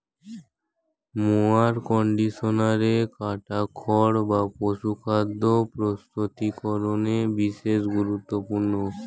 mower কন্ডিশনারে কাটা খড় বা পশুখাদ্য প্রস্তুতিকরনে বিশেষ গুরুত্বপূর্ণ